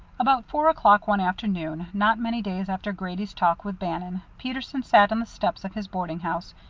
about four o'clock one afternoon, not many days after grady's talk with bannon, peterson sat on the steps of his boarding-house,